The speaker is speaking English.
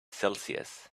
celsius